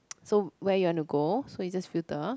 so where you want you go so you just filter